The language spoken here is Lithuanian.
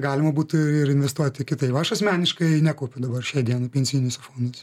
galima būtų ir ir investuoti kitaip aš asmeniškai nekaupiu dabar šiai dienai pensijiniuose fonduose